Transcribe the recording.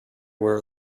were